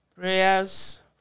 Prayers